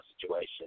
situation